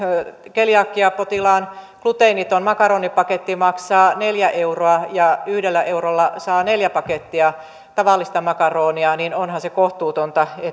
keliakiapotilaan gluteeniton makaronipaketti maksaa neljä euroa ja yhdellä eurolla saa neljä pakettia tavallista makaronia niin onhan se kohtuutonta